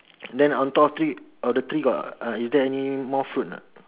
then on top of tree of the tree got uh is there any more fruit not